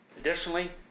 Additionally